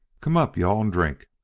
come up, you-all, and drink.